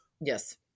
yes